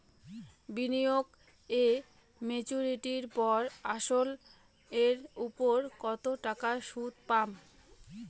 বিনিয়োগ এ মেচুরিটির পর আসল এর উপর কতো টাকা সুদ পাম?